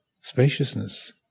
spaciousness